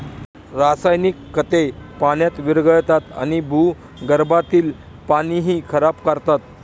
रासायनिक खते पाण्यात विरघळतात आणि भूगर्भातील पाणीही खराब करतात